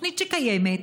תוכנית שקיימת,